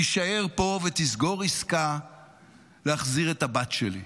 תישאר פה ותסגור עסקה להחזיר את הבת שלי.